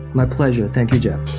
my pleasure. thank you, jeff.